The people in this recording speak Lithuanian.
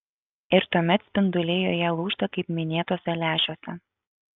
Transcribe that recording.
ir tuomet spinduliai joje lūžta kaip minėtuose lęšiuose